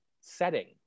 setting